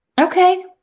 Okay